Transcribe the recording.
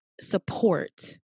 support